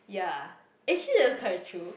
ya actually that's quite true